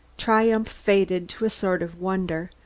triumph faded to a sort of wonder,